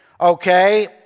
okay